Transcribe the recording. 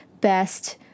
best